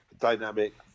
dynamic